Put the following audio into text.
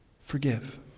Forgive